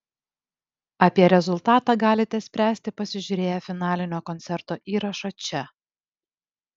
apie rezultatą galite spręsti pasižiūrėję finalinio koncerto įrašą čia